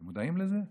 אתם מודעים לזה?